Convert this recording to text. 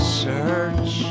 search